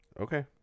okay